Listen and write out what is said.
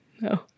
No